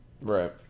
Right